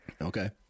Okay